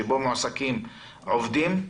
שבו מועסקים עובדים,